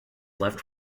left